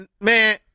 man